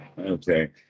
Okay